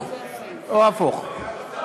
או הפוך.